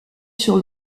sur